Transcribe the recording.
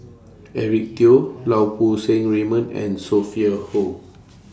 Eric Teo Lau Poo Seng Raymond and Sophia Hull